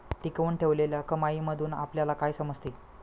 टिकवून ठेवलेल्या कमाईमधून आपल्याला काय समजते?